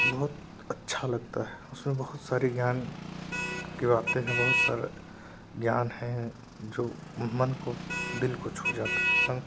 बहुत अच्छा लगता है उसमें बहुत सारी ज्ञान की बातें हैं बहुत सारा ज्ञान है जो मन को दिल को छू जाता है